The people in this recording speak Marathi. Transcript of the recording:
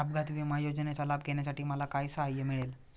अपघात विमा योजनेचा लाभ घेण्यासाठी मला काय सहाय्य मिळेल?